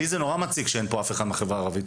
לי זה נורא מציק שאין פה אף אחד מהחברה הערבית?